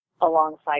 alongside